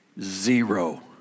Zero